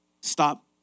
stop